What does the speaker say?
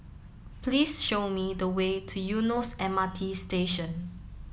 please show me the way to Eunos M R T Station